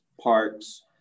parks